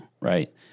right